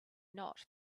not